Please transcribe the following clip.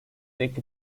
take